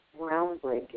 groundbreaking